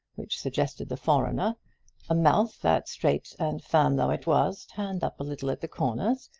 which suggested the foreigner a mouth that, straight and firm though it was, turned up a little at the corners,